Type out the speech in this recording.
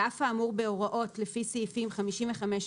על אף האמור בהוראות לפי סעיפים 55א10,